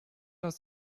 aus